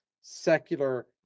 secular